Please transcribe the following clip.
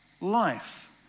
life